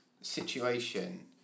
situation